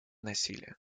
насилия